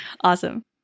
Awesome